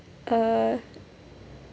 uh